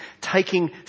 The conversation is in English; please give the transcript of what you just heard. taking